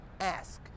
ask